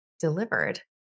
delivered